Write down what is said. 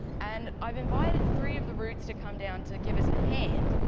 and i've invited three of the roots to come down to give us a hand.